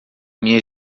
minha